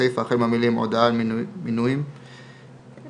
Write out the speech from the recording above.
הסייפה החל במילים "הודעה על מינויים" - תימחק.